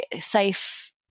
safe